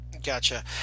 Gotcha